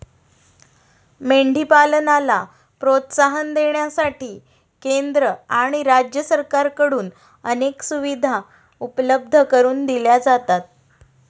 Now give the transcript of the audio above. मेंढी पालनाला प्रोत्साहन देण्यासाठी केंद्र आणि राज्य सरकारकडून अनेक सुविधा उपलब्ध करून दिल्या जातात